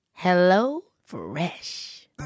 HelloFresh